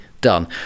done